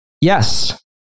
yes